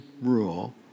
rule